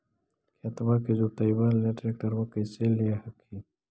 खेतबा के जोतयबा ले ट्रैक्टरबा कैसे ले हखिन?